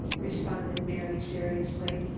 responded mary seriously.